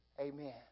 Amen